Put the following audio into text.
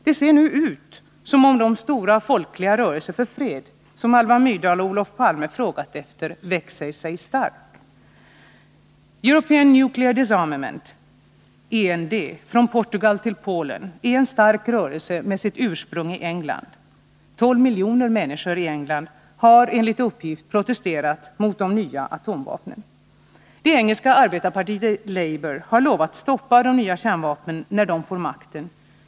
Det ser nu ut som om de stora folkliga rörelser för fred, som Alva Myrdal och Olof Palme frågar efter, växer sig starka. European Nuclear Disarmament, END, från Portugal till Polen är en stark rörelse med sitt ursprung i England. 12 miljoner människor i England har enligt uppgift protesterat mot de nya atomvapnen. Det engelska arbetarpartiet Labour har lovat stoppa de nya kärnvapnen när man får makten.